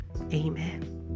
Amen